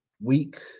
week